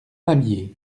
habillés